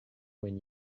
when